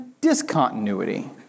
discontinuity